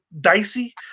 dicey